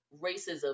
racism